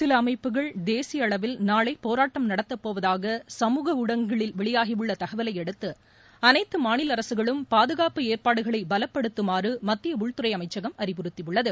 சில அமைப்புகளை தேசிய அளவில் நாளை போராட்டம் நடத்தப்போவதாக சமூக ஊடகங்களில் வெளியாகியுள்ள தகவலையடுத்து அனைத்து மாநில அரசுகளும் பாதுகாப்பு ஏற்பாடுகளை பலப்படுத்துமாறு மத்திய உள்துறை அமைச்சகம் அறிவுறுத்தியுள்ளது